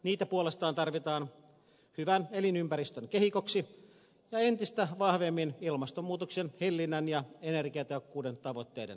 niitä puolestaan tarvitaan hyvän elinympäristön kehikoksi ja entistä vahvemmin ilmastonmuutoksen hillinnän ja energiatehokkuuden tavoitteiden saavuttamiseksi